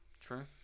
True